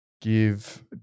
give